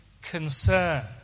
Concern